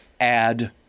Add